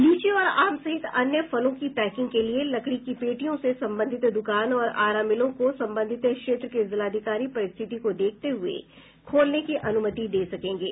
लीची और आम सहित अन्य फलों की पैंकिंग के लिये लकड़ी की पेटियों से संबंधित द्रकान और आरा मिलों को संबंधित क्षेत्र के जिलाधिकारी परिस्थिति को देखते हुए खोलने की अनुमति दे सकेंगे